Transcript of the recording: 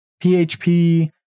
PHP